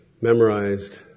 memorized